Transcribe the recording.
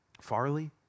Farley